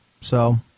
So-